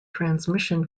transmission